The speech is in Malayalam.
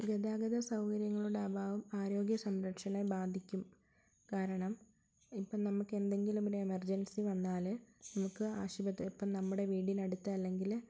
ഗതാഗത സൗകര്യങ്ങളുടെ അഭാവം ആരോഗ്യ സംരക്ഷണത്തെ ബാധിക്കും കാരണം ഇപ്പോൾ നമുക്ക് എന്തെങ്കിലും ഒരു എമർജൻസി വന്നാൽ നമുക്ക് ആശുപത്രി ഇപ്പോൾ നമ്മുടെ വീടിനടുത്ത് അല്ലെങ്കിൽ